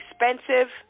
expensive